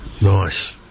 nice